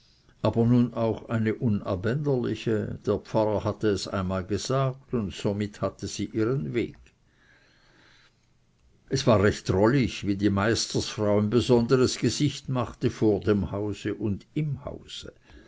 aber nun auch eine unabänderliche der pfarrer hatte es einmal gesagt und somit hatte sie ihren weg es war recht drollig wie die meistersfrau ein besonderes gesicht machte vor dem hause und im hause